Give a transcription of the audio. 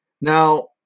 Now